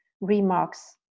remarks